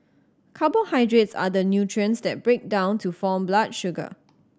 carbohydrates are the nutrients that break down to form blood sugar